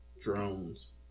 Drones